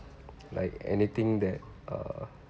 like anything that uh